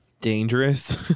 dangerous